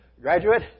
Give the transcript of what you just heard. graduate